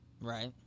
Right